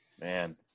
Man